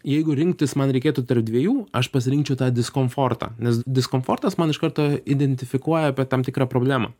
jeigu rinktis man reikėtų tarp dviejų aš pasirinkčiau tą diskomfortą nes diskomfortas man iš karto identifikuoja apie tam tikrą problemą